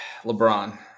lebron